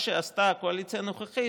מה שעשתה הקואליציה הנוכחית,